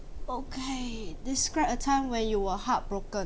okay describe a time where you were heartbroken